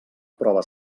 prova